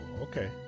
Okay